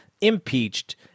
impeached